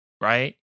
right